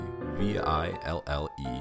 V-I-L-L-E